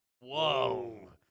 Whoa